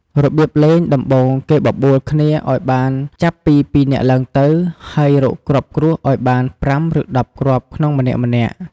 របៀបលេងដំបូងគេបបួលគ្នាឲ្យបានចាប់ពី ២ នាក់ឡើងទៅ ហើយរកគ្រាប់គ្រួសឲ្យបាន ៥ ឬ ១០ គ្រាប់ក្នុងម្នាក់ៗ។